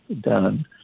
done